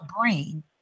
brain